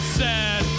sad